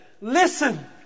listen